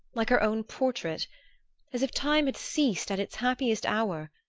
like her own portrait as if time had ceased at its happiest hour,